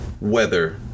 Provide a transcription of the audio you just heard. weather